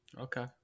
Okay